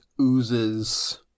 oozes